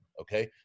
okay